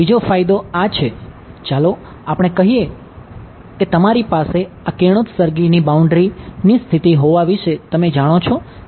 બીજો ફાયદો આ છે ચાલો આપણે કહીએ કે તમારી પાસે આ કિરણોત્સર્ગ કોઈ વાંધો નથી